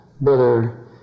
brother